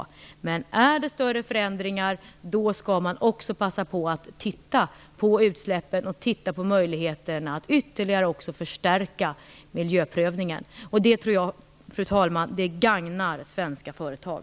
Om förändringarna är större skall man också passa på att titta på utsläppen och möjligheterna att ytterligare förstärka miljöprövningen. Jag tror att det, fru talman, gagnar svenska företag.